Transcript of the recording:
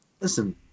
Listen